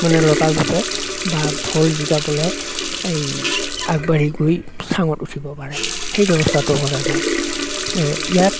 মানে লতাজোপাই বা ভোল জিকাবোৰে এই আগবাঢ়ি গৈ চাঙত উঠিব পাৰে সেই ব্যৱস্থাটো কৰা যায় ইয়াত